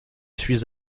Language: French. suis